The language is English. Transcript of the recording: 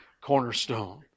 cornerstone